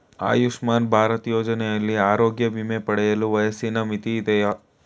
ಆಯುಷ್ಮಾನ್ ಭಾರತ್ ಯೋಜನೆಯಲ್ಲಿ ಆರೋಗ್ಯ ವಿಮೆ ಪಡೆಯಲು ವಯಸ್ಸಿನ ಮಿತಿ ಇದೆಯಾ?